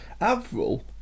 Avril